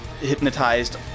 hypnotized